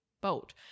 boat